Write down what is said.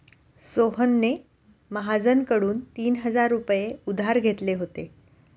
सोहनने महाजनकडून तीन हजार रुपये उधार घेतले होते